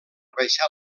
baixar